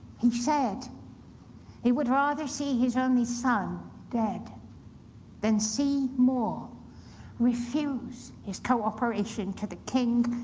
he said he would rather see his only son dead than see more refuse his cooperation to the king,